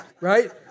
right